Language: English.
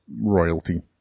royalty